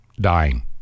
dying